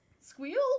Squeal